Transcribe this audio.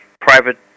private